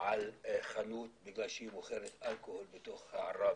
על חנות בגלל שהיא מוכרת אלכוהול בתוך עראבה.